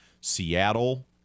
Seattle